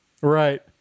Right